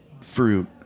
fruit